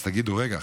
אז תגידו: רגע,